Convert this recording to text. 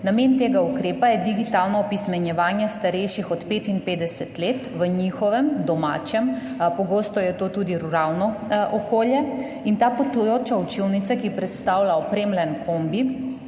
Namen tega ukrepa je digitalno opismenjevanje starejših od 55 let v njihovem domačem, pogosto je to tudi ruralno okolje, in ta potujoča učilnica, ki jo predstavlja opremljen kombi,